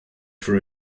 for